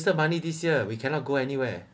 save money this year we cannot go anywhere